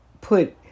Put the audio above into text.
put